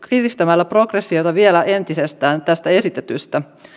kiristämällä progressiota vielä entisestään tästä esitetystä